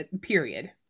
period